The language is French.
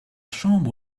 chambre